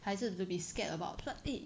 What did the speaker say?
还是 to be scared about